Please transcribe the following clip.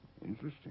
Interesting